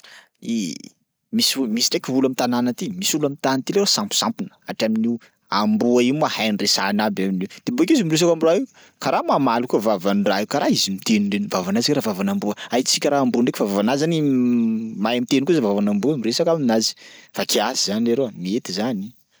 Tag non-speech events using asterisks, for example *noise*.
*hesitation* Misy ol- misy ndraiky olo am'tanana ty, misy olo am'tany ty leroa samposampona hatramin'io amboa io ma hainy resahana aby amin'io de bakeo izy miresaka am'raha io karaha mamaly koa vavan'raha io, karaha izy miteny reny vavanazy ary vavan'amboa, ay tsy karaha amboa ndraiky fa vavanazy zany *hesitation* mahay miteny koa zany vavan'amboa miresaka aminazy, fa kiasy zany leroa mety zany.